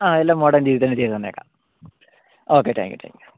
ആ എല്ലാം മോഡേൺ രീതിയിൽ തന്നെ ചെയ്ത് തന്നേക്കാം ഓക്കെ താങ്ക്യൂ താങ്ക്യൂ